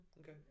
Okay